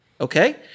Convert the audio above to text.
Okay